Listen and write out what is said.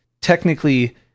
technically